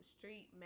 Street